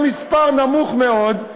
זה מספר נמוך מאוד.